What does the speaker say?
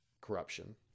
corruption